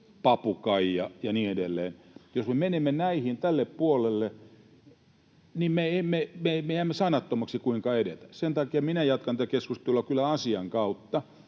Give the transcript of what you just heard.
”papukaija” ja niin edelleen. Jos me menemme tälle puolelle, niin me jäämme sanattomaksi, kuinka edetä. Sen takia minä jatkan kyllä tätä keskustelua asian kautta.